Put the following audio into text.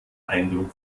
eindruck